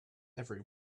every